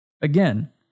Again